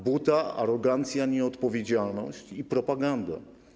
Buta, arogancja, nieodpowiedzialność i propaganda.